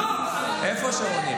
איפה שרון?